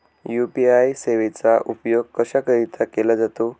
UPI सेवेचा उपयोग कशाकरीता केला जातो?